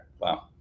Wow